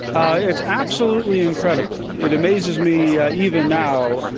ah it's absolutely incredible. it amazes me even now.